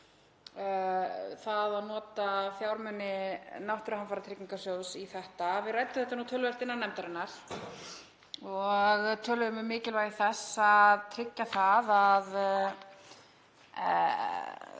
það að nota fjármuni náttúruhamfaratryggingarsjóðs í þetta. Við ræddum þetta töluvert innan nefndarinnar og töluðum um mikilvægi þess að tryggja það að